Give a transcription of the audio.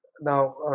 Now